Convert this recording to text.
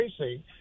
racing